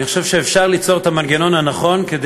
אני חושב שאפשר ליצור את המנגנון הנכון כדי